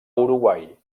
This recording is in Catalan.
uruguai